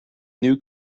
new